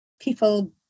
people